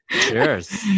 Cheers